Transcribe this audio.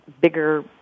bigger